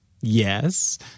yes